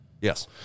Yes